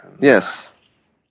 Yes